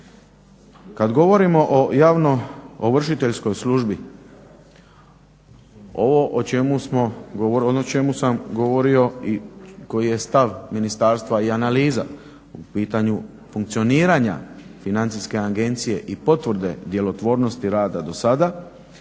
Kad govorimo o javnoovršiteljskoj službi, ono o čemu sam govorio i koji je stav ministarstva i analiza po pitanju funkcioniranja FINA-e i potvrde djelotvornosti rada do sada,